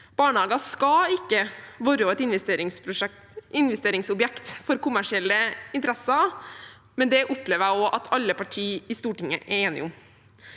Barnehager skal ikke være et investeringsobjekt for kommersielle interesser, men det jeg opplever at alle partier i Stortinget er enige om.